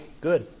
good